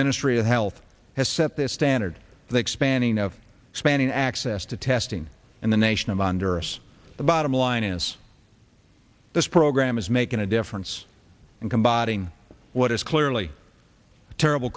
ministry of health has set the standard the expanding of expanding access to testing in the nation of andras the bottom line is this program is making a difference in combating what is clearly a terrible